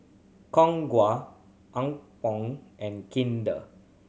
Khong Guan Apgujeong and Kinder